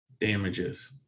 damages